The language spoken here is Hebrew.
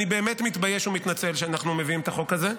אני באמת מתבייש ומתנצל שאנחנו מביאים את החוק הזה.